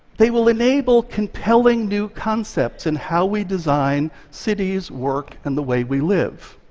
they will enable compelling new concepts in how we design cities, work, and the way we live.